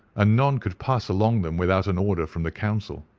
ah none could pass along them without an order from the council.